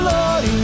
Lord